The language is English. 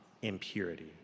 impurity